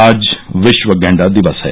आज विश्व गेंडा दिवस है